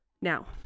now